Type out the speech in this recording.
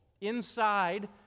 inside